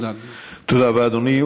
תודה, אדוני.